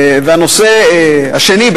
והנושא השני,